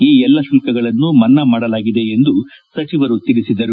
ಈ ಎಲ್ಲ ಶುಲ್ಕಗಳನ್ನು ಮನ್ನ ಮಾಡಲಾಗಿದೆ ಎಂದು ಸಚಿವರು ತಿಳಿಸಿದರು